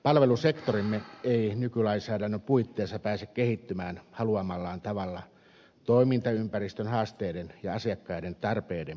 palvelusektorimme ei nykylainsäädännön puitteissa pääse kehittymään haluamallaan tavalla toimintaympäristön haasteiden ja asiakkaiden tarpeiden pohjalta